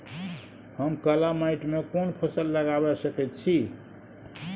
हम काला माटी में कोन फसल लगाबै सकेत छी?